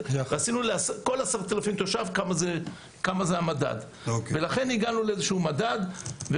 רצינו לייצר מדד לכל 10,000 תושבים וכך הגענו לאיזשהו מדד.